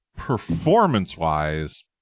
Performance-wise